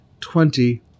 twenty